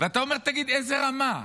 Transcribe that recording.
ואתה אומר: תגיד, איזה רמה?